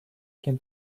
can